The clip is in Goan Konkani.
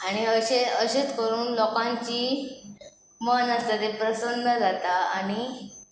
आनी अशें अशेंच करून लोकांची मन आसता तें प्रसन्न जाता आनी